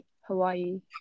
Hawaii